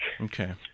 Okay